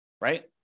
right